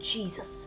Jesus